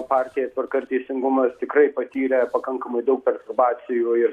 partijoja tvarka ir teisingumas tikrai patyrė pakankamai daug perturbacijų ir